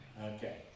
Okay